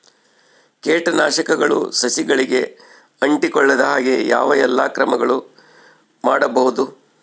ಕೇಟನಾಶಕಗಳು ಸಸಿಗಳಿಗೆ ಅಂಟಿಕೊಳ್ಳದ ಹಾಗೆ ಯಾವ ಎಲ್ಲಾ ಕ್ರಮಗಳು ಮಾಡಬಹುದು?